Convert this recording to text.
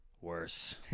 Worse